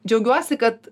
džiaugiuosi kad